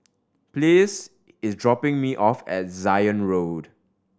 Pleas is dropping me off at Zion Road